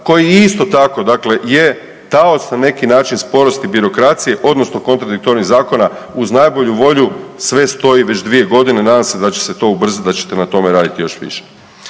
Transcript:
koji je isto tako je taoc na neki način sporosti birokracije odnosno kontradiktornih zakona. Uz najbolju volju sve stoji već 2 godine, nadam se da će se to ubrzati da ćete na tome raditi još više.